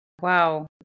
wow